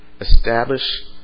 Establish